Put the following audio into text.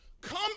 come